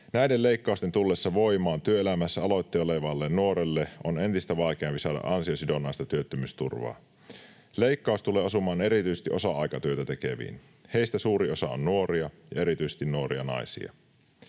Näiden leikkausten tullessa voimaan työelämässä aloittelevalle nuorelle on entistä vaikeampi saada ansiosidonnaista työttömyysturvaa. Leikkaus tulee osumaan erityisesti osa-aikatyötä tekeviin. Heistä suuri osa on nuoria ja erityisesti nuoria naisia.